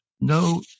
no